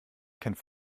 kennt